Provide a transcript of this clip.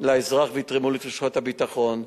לאזרח ויתרמו לתחושת הביטחון.